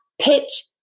pitch